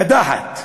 הקדחת